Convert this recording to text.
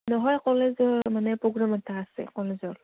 নহয় কলেজৰ মানে প্ৰগ্ৰেম এটা আছে কলেজৰ